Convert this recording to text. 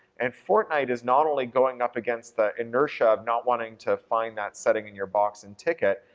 and fortnite is not only going up against the inertia of not wanting to find that setting in your box and tick it,